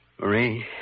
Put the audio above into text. Marie